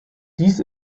dies